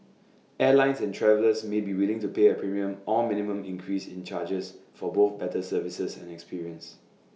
airlines and travellers may be willing to pay A premium or minimum increase in charges for both better services and experience